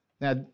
Now